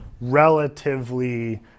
relatively